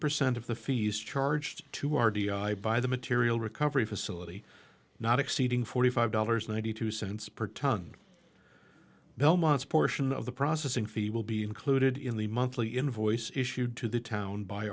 percent of the fees charged to r t i by the material recovery facility not exceeding forty five dollars ninety two cents per ton belmont's portion of the processing fee will be included in the monthly invoice issued to the town by